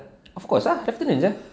of course ah lieutenant sia